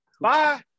Bye